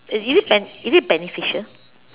is it ben~ is it beneficial